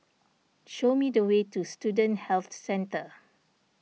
show me the way to Student Health Centre